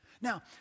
Now